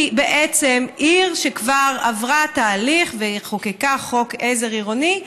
כי בעצם עיר שכבר עברה תהליך וחוקקה חוק עזר עירוני,